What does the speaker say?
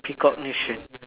precognition